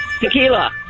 Tequila